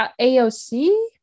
AOC